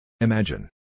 Imagine